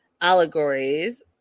allegories